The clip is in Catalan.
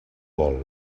vol